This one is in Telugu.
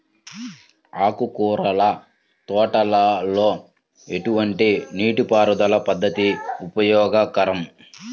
ఆకుకూరల తోటలలో ఎటువంటి నీటిపారుదల పద్దతి ఉపయోగకరం?